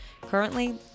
Currently